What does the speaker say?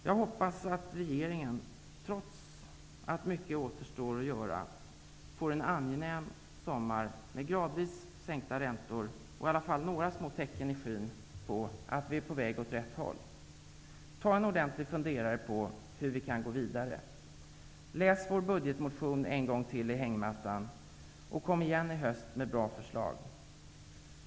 Jag hoppas att regeringen, trots att mycket återstår att göra, får en angenäm sommar med gradvis sänkta räntor och i alla fall några små tecken i skyn på att vi är på väg åt rätt håll. Ta en ordentlig funderare på hur vi kan gå vidare! Läs vår budgetmotion en gång till i hängmattan, och kom igen i höst med bra förslag!